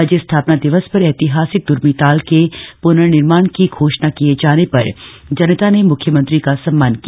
राज्य स्थापना दिवस पर ऐतिहासिक दुर्मी ताल के पुनर्निर्माण की घोषणा किए जाने पर जनता ने मुख्यमंत्री का सम्मान किया